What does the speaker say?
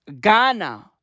Ghana